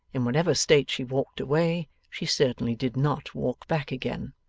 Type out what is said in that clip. in whatever state she walked away, she certainly did not walk back again.